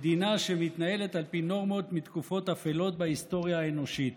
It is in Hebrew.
מדינה שמתנהלת על פי נורמות מתקופות אפלות בהיסטוריה האנושית,